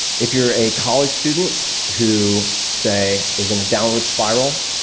if you're a college student who, say, is in a downward spiral,